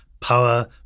power